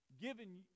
given